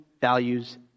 values